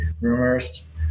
rumors